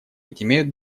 имеют